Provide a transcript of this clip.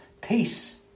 peace